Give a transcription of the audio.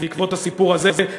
בעקבות הסיפור הזה.